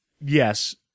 Yes